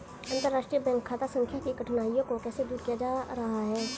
अंतर्राष्ट्रीय बैंक खाता संख्या की कठिनाइयों को कैसे दूर किया जा रहा है?